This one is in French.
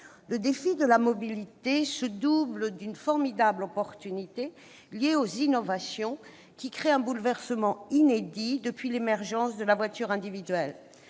Le défi de la mobilité se double d'une formidable opportunité liée aux innovations, qui créent un bouleversement inédit depuis l'émergence de la voiture individuelle.